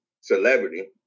celebrity